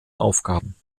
aufgaben